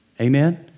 Amen